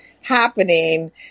happening